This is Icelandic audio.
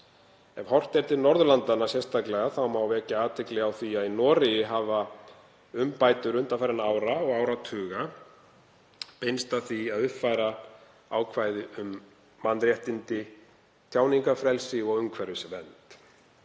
Ef horft er til Norðurlandanna sérstaklega má vekja athygli á því að í Noregi hafa umbætur undanfarinna ára og áratuga beinst að því að uppfæra ákvæði um mannréttindi, tjáningarfrelsi og umhverfisvernd.